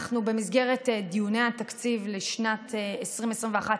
במסגרת דיוני התקציב לשנת 2021,